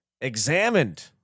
examined